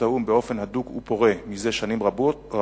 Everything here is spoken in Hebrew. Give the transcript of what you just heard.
האו"ם באופן הדוק ופורה זה שנים רבות,